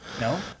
No